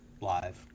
live